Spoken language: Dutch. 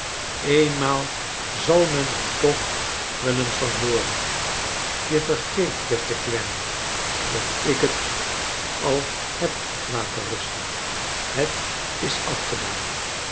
eenmaal zal men er toch wel eens van hooren je vergeet beste clennam dat ik het al heb laten rusten het is afgedaan